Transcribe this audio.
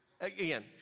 Again